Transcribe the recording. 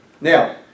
Now